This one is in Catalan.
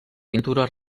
pintura